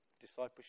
discipleship